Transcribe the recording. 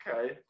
Okay